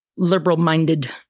Liberal-minded